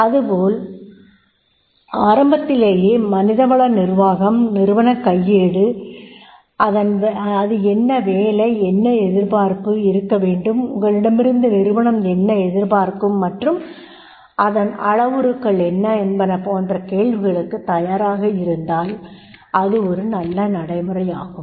இதுபோல் ஆரம்பத்திலேயே மனிதவள நிர்வாகம் நிறுவனக் கையேடு டன் அது என்ன வேலை என்ன எதிர்பார்ப்பு இருக்க வேண்டும் உங்களிடமிருந்து நிறுவனம் என்ன எதிர்பார்க்கும் மற்றும் அதன் அளவுருக்கள் என்ன என்பனபோன்ற கேள்விகளுக்குத் தயாராக இருந்தால் அது ஒரு நல்ல நடைமுறையாகும்